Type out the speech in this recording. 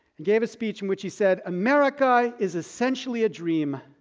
and gave a speech in which he said, america is essentially a dream,